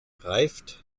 reift